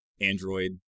Android